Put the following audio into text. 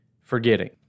forgetting